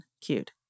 cute